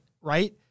right